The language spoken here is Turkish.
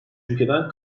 ülkeden